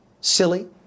Silly